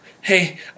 hey